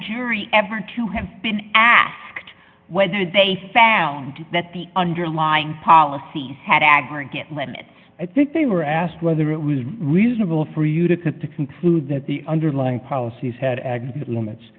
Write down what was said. terry ever to have been asked whether they found that the underlying policy had aggregate limits i think they were asked whether it was reasonable for you to conclude that the underlying policies had exit limits